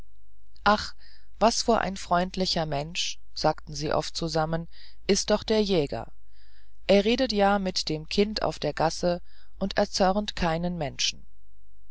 ach was vor ein freundlicher mensch sagten sie oft zusammen ist doch der jäger er redet ja mit dem kind auf der gasse und erzörnt keinen menschen